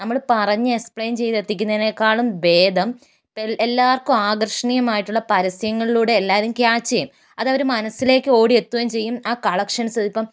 നമ്മള് പറഞ്ഞ് എക്സ്പ്ലെയിൻ ചെയ്ത് എത്തിക്കുന്നതിനേക്കാളും ഭേദം എല്ലാവർക്കും ആകർഷണീയമായിട്ടുള്ള പരസ്യങ്ങളിലൂടെ എല്ലാവരും ക്യാച്ച് ചെയ്യും അത് അവര് മനസ്സിലേക്ക് ഓടിയെത്തുകയും ചെയ്യും ആ കളക്ഷൻസ്